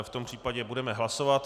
V tom případě budeme hlasovat.